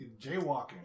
jaywalking